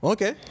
Okay